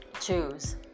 choose